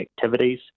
activities